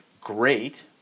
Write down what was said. great